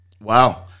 Wow